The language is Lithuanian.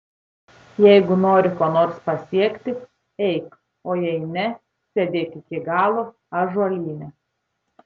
jeigu nori ko nors pasiekti eik o jei ne sėdėk iki galo ąžuolyne